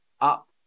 Up